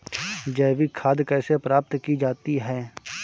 जैविक खाद कैसे प्राप्त की जाती है?